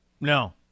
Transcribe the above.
No